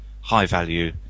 high-value